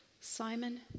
Simon